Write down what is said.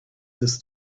this